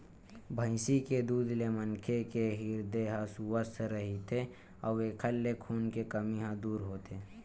भइसी के दूद ले मनखे के हिरदे ह सुवस्थ रहिथे अउ एखर ले खून के कमी ह दूर होथे